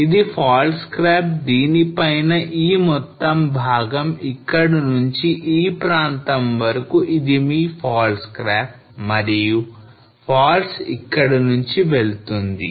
ఇది fault scrap దీనిపైన ఈ మొత్తం భాగం ఇక్కడి నుంచి ఈ ప్రాంతం వరకు ఇది మీ fault scarp మరియు faults ఇక్కడి నుంచి వెళుతుంది